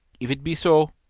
if it be so,